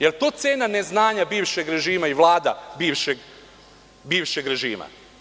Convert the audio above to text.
Jel to cena ne znanja bivšeg režima i vlada bivšeg režima?